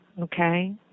Okay